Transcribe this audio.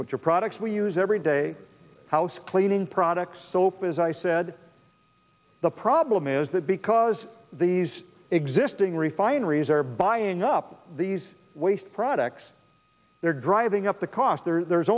which are products we use every day house cleaning products soap as i said the problem is that because these existing refineries are buying up these waste products they're driving up the cost there